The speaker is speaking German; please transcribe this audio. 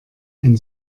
ein